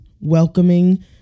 welcoming